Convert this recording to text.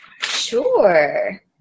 Sure